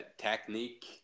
technique